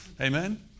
Amen